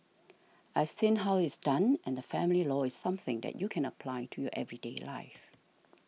I've seen how it's done and family law is something that you can apply to your everyday life